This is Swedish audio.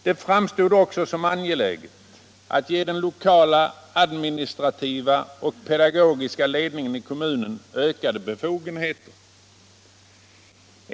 Det framstod också som angeläget att ge den lokala administrativa och pedagogiska ledningen i kommunen ökade befogenheter.